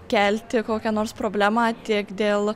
kelti kokią nors problemą tiek dėl